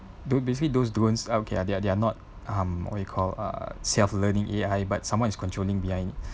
don~ basically those drones okay they are they are not um what you call uh self learning A_I but someone is controlling behind